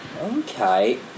Okay